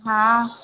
हा